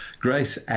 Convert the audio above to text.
Grace